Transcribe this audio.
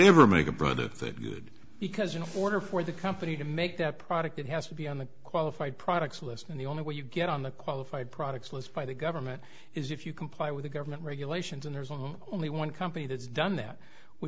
ever make a brother think good because you know order for the company to make that product it has to be on the qualified products list and the only way you get on the qualified products list by the government is if you comply with government regulations and there's only one company that's done that w